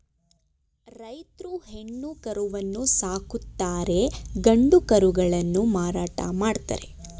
ರೈತ್ರು ಹೆಣ್ಣು ಕರುವನ್ನು ಸಾಕುತ್ತಾರೆ ಗಂಡು ಕರುಗಳನ್ನು ಮಾರಾಟ ಮಾಡ್ತರೆ